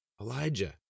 Elijah